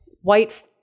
white